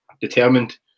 determined